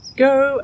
Go